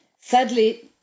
Sadly